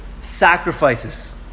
Sacrifices